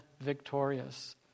victorious